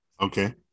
Okay